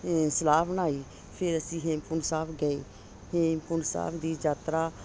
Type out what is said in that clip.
ਸਲਾਹ ਬਣਾਈ ਫੇਰ ਅਸੀਂ ਹੇਮਕੁੰਟ ਸਾਹਿਬ ਗਏ ਹੇਮਕੁੰਟ ਸਾਹਿਬ ਦੀ ਯਾਤਰਾ